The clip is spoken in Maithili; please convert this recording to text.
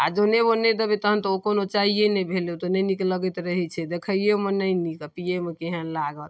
आओर जँ नेबो नहि देबै तहन तऽ ओ कोनो चाइए नहि भेल ओ तऽ नहि नीक लगैत रहै छै देखैओमे नहि नीक आओर पिएमे केहन लागत